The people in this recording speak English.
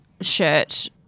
shirt